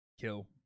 kill